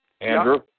Andrew